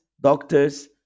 doctors